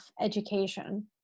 education